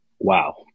wow